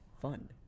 Fund